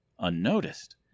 unnoticed